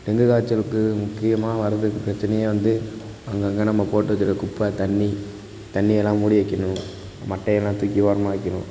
dengue காய்ச்சலுக்கு முக்கியமாக வரதுக்கு பிரச்சனையே வந்து அங்கங்கே நம்ம போட்டு வச்சிருக்க குப்பை தண்ணி தண்ணி எல்லாம் மூடி வைக்கணும் மட்டையெல்லாம் தூக்கி ஓரமாக வைக்கணும்